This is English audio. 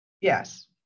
Yes